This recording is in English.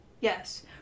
Yes